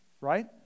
Right